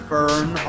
Fern